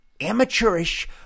amateurish